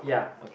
ya